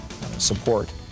support